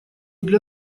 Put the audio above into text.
для